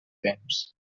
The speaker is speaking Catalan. temps